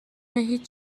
هیچ